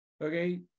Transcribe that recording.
okay